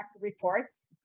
reports